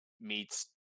meets